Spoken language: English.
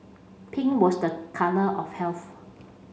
pink was the colour of health